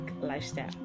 lifestyle